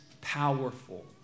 powerful